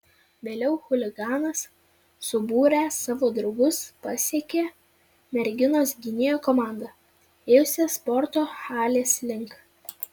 vėliau chuliganas subūręs savo draugus pasekė merginos gynėjo komandą ėjusią sporto halės link